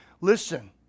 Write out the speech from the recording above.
Listen